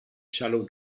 shallow